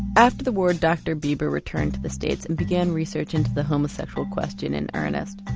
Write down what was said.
after the war dr bieber returned to the states and began research into the homosexual question in earnest.